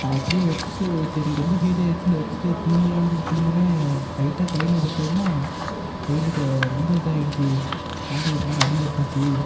நான் அப்படியே வச்சுட்டு சரி ரொம்ப ஹீட் ஆகிடிச்சின்னு வச்சுட்டு திரும்பலான்ட்டு இது திரும்புனேன் லைட்டாக கையில்பட்ட உட்னே கையில் கோ ரொம்ப இதாகிருச்சி கையில் ஒரு மாதிரி அடிபட்டிருச்சி